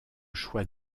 choix